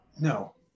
No